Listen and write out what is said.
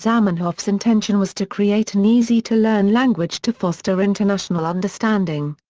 zamenhof's intention was to create an easy-to-learn language to foster international understanding.